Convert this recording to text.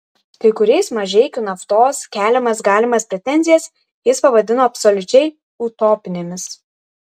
kai kurias mažeikių naftos keliamas galimas pretenzijas jis pavadino absoliučiai utopinėmis